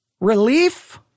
Relief